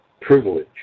privilege